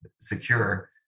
secure